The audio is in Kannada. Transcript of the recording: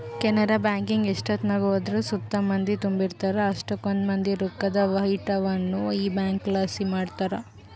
ಕೆನರಾ ಬ್ಯಾಂಕಿಗೆ ಎಷ್ಟೆತ್ನಾಗ ಹೋದ್ರು ಸುತ ಮಂದಿ ತುಂಬಿರ್ತಾರ, ಅಷ್ಟಕೊಂದ್ ಮಂದಿ ರೊಕ್ಕುದ್ ವಹಿವಾಟನ್ನ ಈ ಬ್ಯಂಕ್ಲಾಸಿ ಮಾಡ್ತಾರ